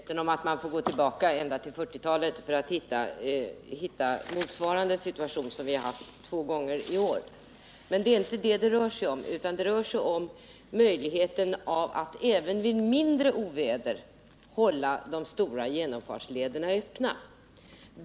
Herr talman! Jag är medveten om att man får gå tillbaka ända till 1940-talet för att hitta motsvarande situation som den vi haft två gånger i år. Men det är inte det som frågan rör sig om utan om möjligheten att även vid mindre oväder kunna hålla de stora genomfartslederna öppna.